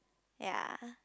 ya